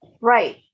Right